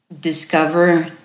discover